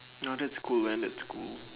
no that's cool man that's cool